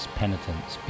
penitence